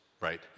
right